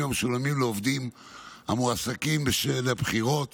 המשולמים לעובדים המועסקים בשל הבחירות